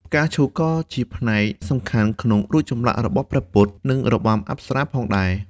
ផ្កាឈូកក៏ជាផ្នែកសំខាន់ក្នុងរូបចម្លាក់របស់ព្រះពុទ្ធ និងរបាំអប្សរាផងដែរ។